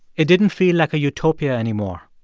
it didn't feel like a utopia anymore.